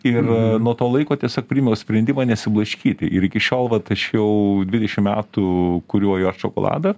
ir nuo to laiko tiesiog priėmiau sprendimą nesiblaškyti ir iki šiol vat aš jau dvidešim metų kuriu ajot šokoladą